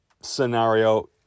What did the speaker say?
scenario